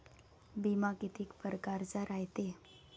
बिमा कितीक परकारचा रायते?